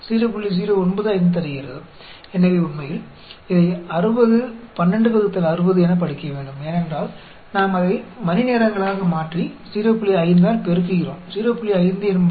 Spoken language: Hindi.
तो वास्तव में इसे 60 1260 के रूप में पढ़ा जाना चाहिए क्योंकि हम इसे घंटे में परिवर्तित कर रहे है 05 गुणा कर के 05 आपका x है 30 मिनट